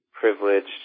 privileged